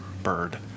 bird